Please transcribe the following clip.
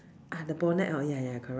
ah the bonnet hor ya ya correct